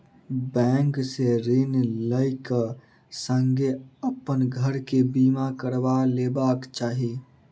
bank से ऋण लै क संगै अपन घर के बीमा करबा लेबाक चाही